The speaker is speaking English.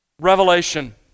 revelation